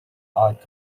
art